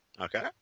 Okay